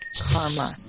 karma